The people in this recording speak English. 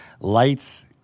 Lights